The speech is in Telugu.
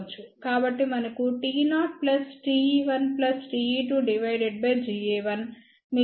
కాబట్టి మనకు T0 plus Te1 plus Te2 divided by Ga1 మిగిలి ఉన్నాయి